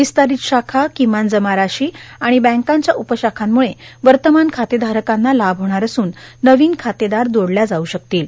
विस्तारित शाखा किमान जमा राशी आणि बँकांच्या उपशाखांमुळे वर्तमान खातेधारकांना लाभ होणार असून नविन खातेदार जोडल्या जाऊ शकतील